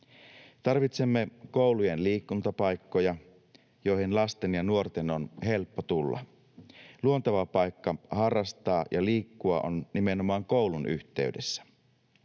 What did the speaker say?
Tarvitsemme koulujen liikuntapaikkoja, joihin lasten ja nuorten on helppo tulla. Luonteva paikka harrastaa ja liikkua on nimenomaan koulun yhteydessä.